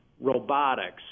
robotics